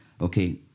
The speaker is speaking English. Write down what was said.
Okay